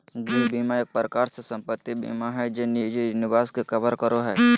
गृह बीमा एक प्रकार से सम्पत्ति बीमा हय जे निजी निवास के कवर करो हय